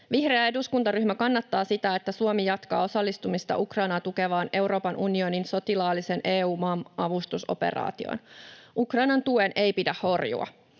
Vihreä eduskuntaryhmä kannattaa sitä, että Suomi jatkaa osallistumista Ukrainaa tukevaan Euroopan Unionin sotilaallisen EUMAM-avustusoperaatioon. Ukrainan tuen ei pidä horjua.